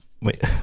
Wait